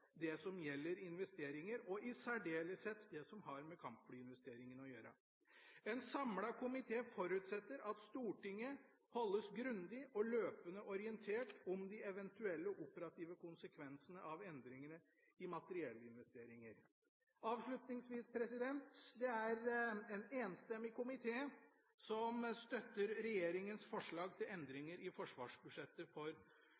det som gjelder investeringer, og i særdeleshet det som har med kampflyinvesteringen å gjøre. En samlet komité forutsetter at Stortinget holdes grundig og løpende orientert om de eventuelle operative konsekvensene av endringene i materiellinvesteringer. Avslutningsvis: Det er en enstemmig komité som støtter regjeringas forslag til endringer i forsvarsbudsjettet for